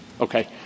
Okay